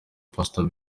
pastor